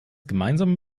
gemeinsame